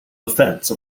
defense